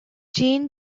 jean